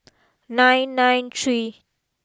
nine nine three